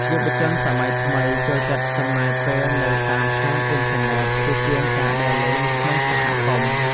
យុវជនសម័យថ្មីចូលចិត្តចំណាយពេលនៅតាមហាងអ៊ីនធឺណិតជាជាងការដើរលេងក្នុងសហគមន៍។